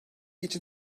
için